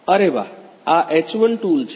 અરે વાહ આ H1 ટૂલ છે